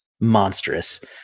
monstrous